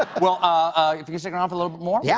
ah ah if you could stick around fair little bit more? yeah